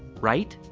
right?